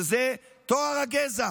טוהר הגזע.